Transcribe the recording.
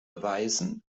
beweisen